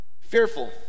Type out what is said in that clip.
fearful